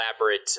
elaborate